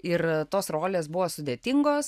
ir tos rolės buvo sudėtingos